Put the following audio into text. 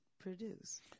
produce